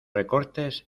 recortes